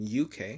UK